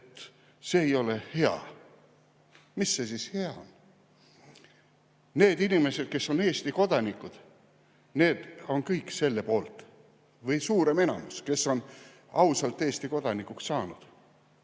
see ei ole hea! Mis see siis hea on? Need inimesed, kes on Eesti kodanikud, need on kõik selle poolt, või suurem enamus, kes on ausalt Eesti kodanikuks saanud.